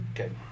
Okay